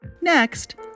Next